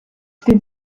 тэд